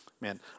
Man